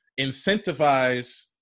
incentivize